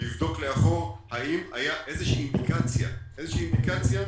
לבדוק לאחור האם הייתה איזושהי אינדיקציה לזיהום,